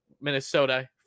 Minnesota